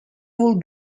would